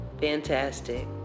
Fantastic